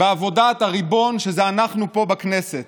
בעבודת הריבון, שזה אנחנו פה בכנסת.